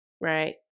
right